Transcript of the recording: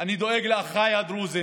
אני דואג לאחיי הדרוזים.